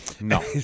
no